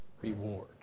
reward